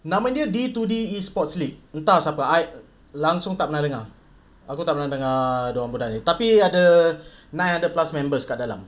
namanya D to D_E sports league entah siapa I langsung tak pernah dengar aku tak pernah dengar dia orang punya ni tapi ada nine hundred plus members kat dalam